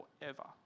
forever